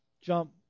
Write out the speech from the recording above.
jump